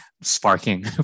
sparking